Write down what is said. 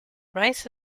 rice